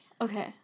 Okay